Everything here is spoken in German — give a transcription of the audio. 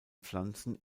pflanzen